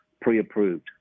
pre-approved